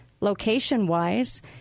location-wise